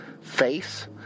face